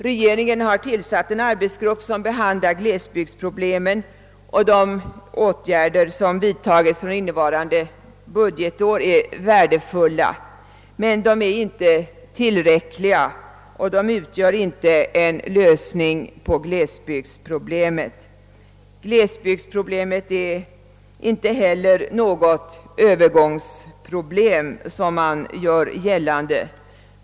Regeringen har tillsatt en arbetsgrupp som behandlar glesbygdsproblemen, och de åtgärder som vidtas innevarande budgetår är värdefulla, men de är inte tillräckliga och de utgör inte en lösning på glesbygdsproblemet. Detta är inte heller något övergångsproblem, som man gör gällande.